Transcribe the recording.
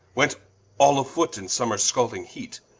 went all afoote in summers scalding heate,